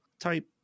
type